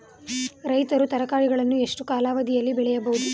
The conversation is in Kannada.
ರೈತರು ತರಕಾರಿಗಳನ್ನು ಎಷ್ಟು ಕಾಲಾವಧಿಯಲ್ಲಿ ಬೆಳೆಯಬಹುದು?